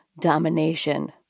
domination